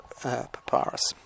Papyrus